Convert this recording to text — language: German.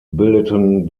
bildeten